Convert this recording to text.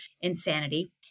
insanity